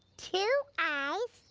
two eyes.